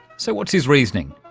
so what's his reasoning?